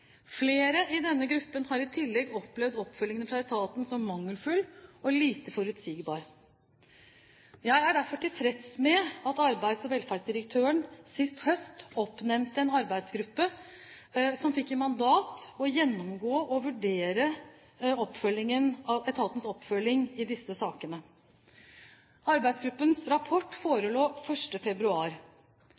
Flere i denne gruppen har i tillegg opplevd oppfølgingen fra etaten som mangelfull og lite forutsigbar. Jeg er derfor tilfreds med at arbeids- og velferdsdirektøren sist høst oppnevnte en arbeidsgruppe som fikk i mandat å gjennomgå og vurdere etatens oppfølging av disse sakene. Arbeidsgruppens rapport forelå 1. februar.